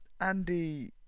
Andy